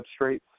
substrates